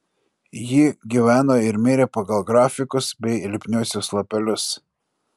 ji gyveno ir mirė pagal grafikus bei lipniuosius lapelius